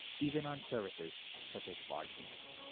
even on services such as spa treatments.